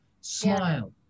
Smile